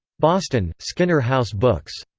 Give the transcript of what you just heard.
boston skinner house books.